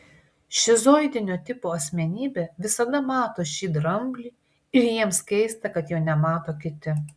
šizoidinio tipo asmenybė visada mato šį dramblį ir jiems keista kad jo nemato kiti